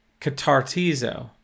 catartizo